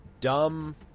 dumb